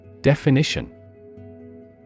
Definition